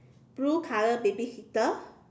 blue color baby seater